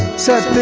said